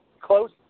close